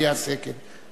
וייעשה כן.